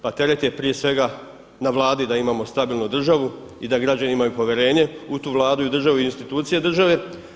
Pa teret je prije svega na Vladi da imamo stabilnu državu i da građani imaju povjerenje u tu Vladu i državu i u institucije države.